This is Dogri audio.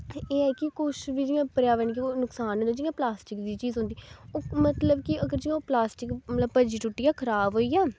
एह् ऐ कि कुछ बी जियां पर्यावरण गी नुकसान बी नी जियां प्लास्टिक दी चीज़ होंदी ओह् मतलब कि अगर जियां ओह् प्लास्टिक मतलब भज्जी टुट्टियै खराब होई जा